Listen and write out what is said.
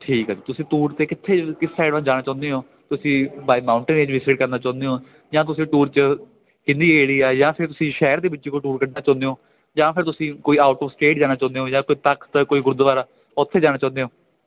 ਠੀਕ ਹੈ ਤੁਸੀਂ ਟੂਰ 'ਤੇ ਕਿੱਥੇ ਕਿਸ ਸਾਈਡ ਵੱਲ ਜਾਣਾ ਚਾਹੁੰਦੇ ਹੋ ਤੁਸੀਂ ਬਾਏ ਮਾਊਂਟੇਨ ਏਰੀਆ ਦੀ ਸੈਰ ਕਰਨਾ ਚਾਹੁੰਦੇ ਹੋ ਜਾਂ ਤੁਸੀਂ ਟੂਰ 'ਚ ਹਿੱਲੀ ਏਰੀਆ ਜਾਂ ਫਿਰ ਤੁਸੀਂ ਸ਼ਹਿਰ ਦੇ ਵਿੱਚ ਕੋਈ ਟੂਰ ਕੱਢਣਾ ਚਾਹੁੰਦੇ ਹੋ ਜਾਂ ਫਿਰ ਤੁਸੀਂ ਕੋਈ ਆਊਟ ਔਫ ਸਟੇਟ ਜਾਣਾ ਚਾਹੁੰਦੇ ਹੋ ਜਾਂ ਕੋਈ ਤਖ਼ਤ ਕੋਈ ਗੁਰਦੁਆਰਾ ਉੱਥੇ ਜਾਣਾ ਚਾਹੁੰਦੇ ਹੋ